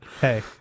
hey